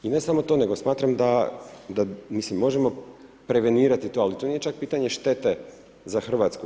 I ne samo to, nego smatram da, mislim možemo prevenirati to, ali to nije čak pitanje štete za RH.